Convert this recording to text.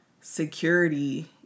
security